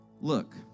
Look